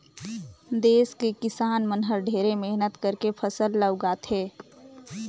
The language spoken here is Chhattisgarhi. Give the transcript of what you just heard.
देस के किसान मन हर ढेरे मेहनत करके फसल ल उगाथे